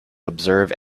observe